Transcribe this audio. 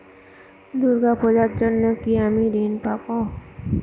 দূর্গা পূজার জন্য কি আমি ঋণ পাবো?